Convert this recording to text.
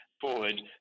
forward